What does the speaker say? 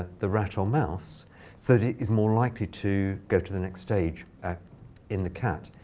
ah the rat or mouse so that it is more likely to go to the next stage in the cat.